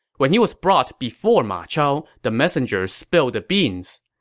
when he was brought before ma chao, the messenger spilled the beans.